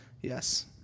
yes